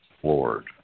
floored